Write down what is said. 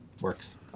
works